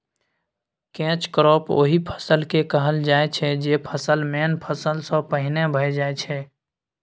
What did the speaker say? catch crop ओहि फसल केँ कहल जाइ छै जे फसल मेन फसल सँ पहिने भए जाइ छै